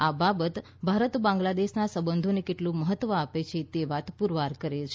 આ બાબત ભારત બાંગ્લાદેશના સંબંધોને કેટલું મહત્ત્વ આપે છે તે વાત પૂરવાર કરે છે